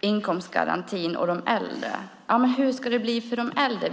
inkomstgarantier och de äldre. Hur ska det bli för de äldre?